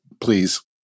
Please